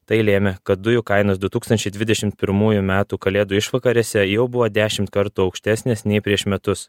tai lėmė kad dujų kainos du tūkstančiai dvidešimt pirmųjų metų kalėdų išvakarėse jau buvo dešimt kartų aukštesnės nei prieš metus